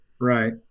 Right